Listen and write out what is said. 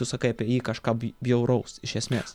tu sakai apie jį kažką bjauraus iš esmės